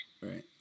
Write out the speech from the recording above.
Right